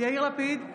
יאיר לפיד,